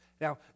Now